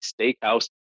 steakhouse